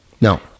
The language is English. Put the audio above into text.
No